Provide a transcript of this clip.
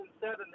seven